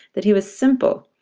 that he was simple.